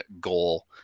goal